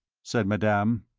said madame.